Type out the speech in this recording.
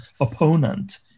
opponent